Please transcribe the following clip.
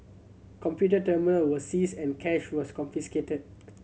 computer terminal were seized and cash was confiscated